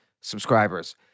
subscribers